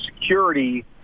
security